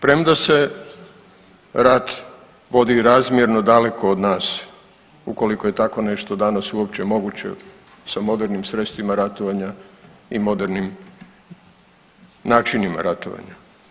Premda se rat vodi razmjerno daleko od nas, ukoliko je tako nešto danas uopće moguće sa modernim sredstvima ratovanja i modernim načinima ratovanja.